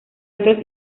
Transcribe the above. otros